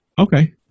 Okay